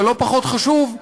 אבל לא פחות חשוב,